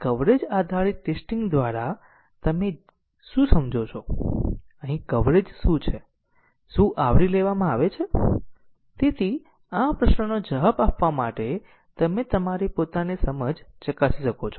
path કવરેજની વ્યાખ્યા એ છે કે પ્રોગ્રામમાં તમામ લીનીયર રીતે ઈન્ડીપેન્ડન્ટ માર્ગો ચલાવવામાં આવે છે અને પ્રોગ્રામ દ્વારા અમારો અર્થ એક ફંક્શન છે